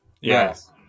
Yes